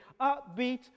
upbeat